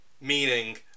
Meaning